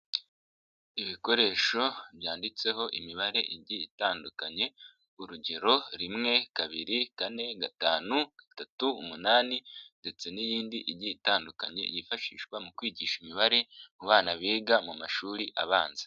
Ibikoresho byanditseho imibare igiye itandukanye urugero: rimwe, kabiri, kane, gatanu, gatatu, umunani ndetse n'iyindi igiye itandukanye yifashishwa mu kwigisha imibare mu bana biga mu mashuri abanza.